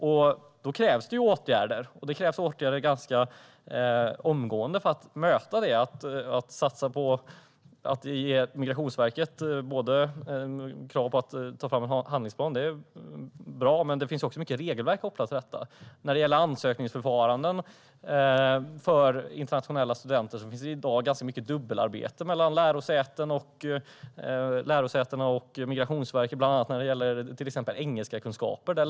Därför krävs det åtgärder, och ganska omgående. Att satsa på att ge Migrationsverket krav på att ta fram en handlingsplan är bra. Men det finns också många regelverk kopplade till detta. När det gäller ansökningsförfarandet för internationella studenter sker det i dag ganska mycket dubbelarbete mellan lärosätena och Migrationsverket, bland annat vad gäller studenternas kunskaper i engelska.